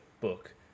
book